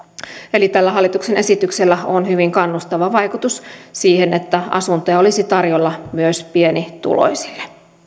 eli tällä hallituksen esityksellä on hyvin kannustava vaikutus siihen että asuntoja olisi tarjolla myös pienituloisille